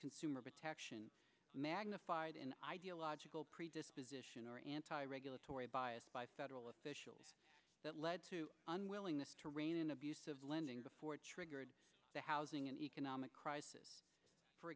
consumer protection magnified an ideological predisposition or anti regulatory bias by federal officials that led to unwillingness to rein in abusive lending before it triggered the housing and economic crisis for